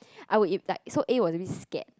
I will eat that so A was really scared